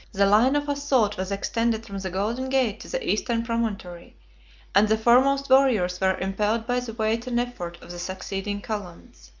the line of assault was extended from the golden gate to the eastern promontory and the foremost warriors were impelled by the weight and effort of the succeeding columns.